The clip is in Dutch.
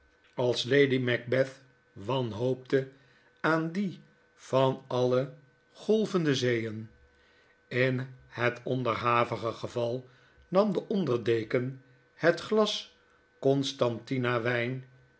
als lady macbeth wanhoopte aan dien van alle golvende zeeen in het onderhavige geval nam de onderdeken het glas constantia wijn